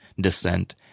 descent